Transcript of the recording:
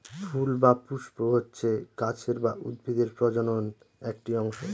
ফুল বা পুস্প হচ্ছে গাছের বা উদ্ভিদের প্রজনন একটি অংশ